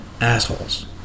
assholes